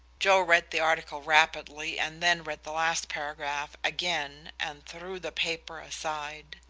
joe read the article rapidly, and then read the last paragraph again and threw the paper aside.